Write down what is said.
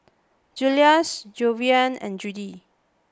Juluis Javion and Judi